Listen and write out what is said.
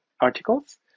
articles